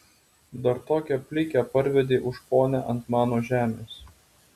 dar tokią plikę parvedei už ponią ant mano žemės